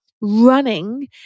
running